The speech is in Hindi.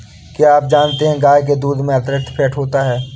क्या आप जानते है गाय के दूध में अतिरिक्त फैट होता है